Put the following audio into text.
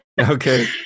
Okay